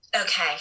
Okay